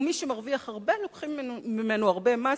ומי שמרוויח הרבה לוקחים ממנו הרבה מס,